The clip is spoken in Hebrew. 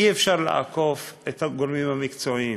אי-אפשר לעקוף את הגורמים המקצועיים.